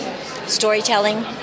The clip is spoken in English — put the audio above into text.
storytelling